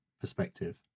perspective